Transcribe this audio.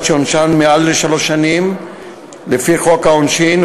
שעונשן מעל לשלוש שנים לפי חוק העונשין,